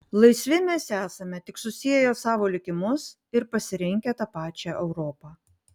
laisvi mes esame tik susieję savo likimus ir pasirinkę tą pačią europą